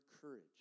courage